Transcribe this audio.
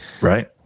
Right